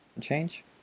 change